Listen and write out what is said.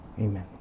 Amen